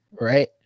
right